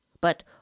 But